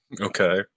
Okay